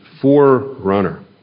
forerunner